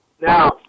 Now